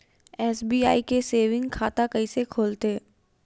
SBI के saving खाता कइसे खोलथे?